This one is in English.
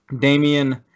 Damian